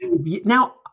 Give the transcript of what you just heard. Now